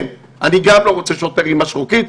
אני גם לא רוצה שוטר עם משרוקית,